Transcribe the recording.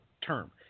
term